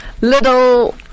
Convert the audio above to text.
little